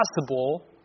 possible